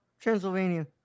Transylvania